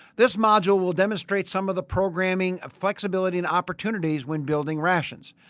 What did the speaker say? this module will demonstrate some of the programming of flexibility and opportunities when building rations.